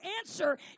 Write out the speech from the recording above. answer